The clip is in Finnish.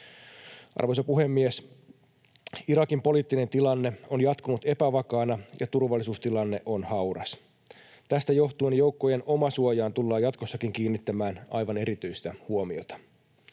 Arvoisa puhemies! Irakin poliittinen tilanne on jatkunut epävakaana, ja turvallisuustilanne on hauras. Tästä johtuen joukkojen omasuojaan tullaan jatkossakin kiinnittämään aivan erityistä huomiota.